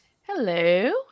Hello